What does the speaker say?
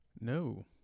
No